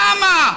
למה?